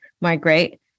migrate